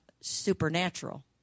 supernatural